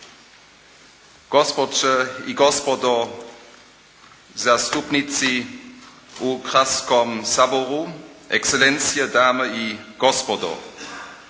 gospođe i gospodo zastupnici u Hrvatskom saboru, ekselencijo, dame i gospodo!